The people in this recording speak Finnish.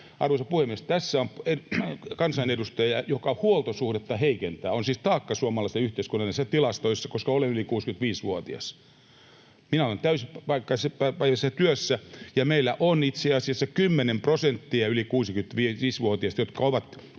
Arvoisa puhemies, tässä on kansanedustaja, joka heikentää huoltosuhdetta — olen siis taakka suomalaisissa yhteiskunnallisissa tilastoissa, koska olen yli 65-vuotias. Minä olen täysipäiväisessä työssä. Meillä itse asiassa 10 prosenttia yli 65-vuotiaista on